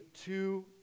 two